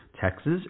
Texas